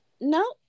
no